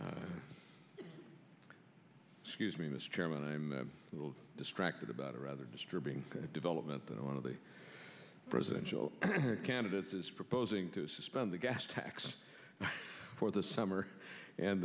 k excuse me mr chairman i'm a little distracted about a rather disturbing development that one of the presidential candidates is proposing to suspend the gas tax for the summer and